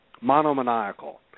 monomaniacal